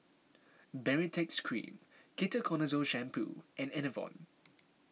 Baritex Cream Ketoconazole Shampoo and Enervon